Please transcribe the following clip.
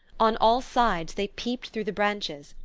on all sides they peeped through the branches,